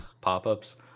pop-ups